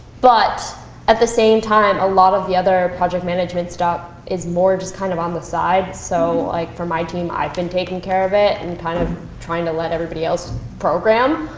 but at the same time, a lot of the other project management stuff is more just kind of on the side. so like for my team, i've been taking care of it and kind of trying to let everybody else program.